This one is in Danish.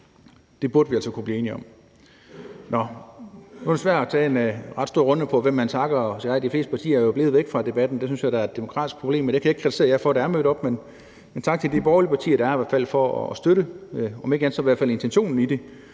burde vi altså kunne blive enige om. Nå, nu er det svært at tage en ret stor runde med, hvem man takker, for de fleste partier er jo blevet væk fra debatten. Det synes jeg da er et demokratisk problem, men det kan jeg ikke kritisere jer, der er mødt op, for. Men tak til de borgerlige partier, der er her, for at støtte, om ikke andet så i hvert fald intentionen i det,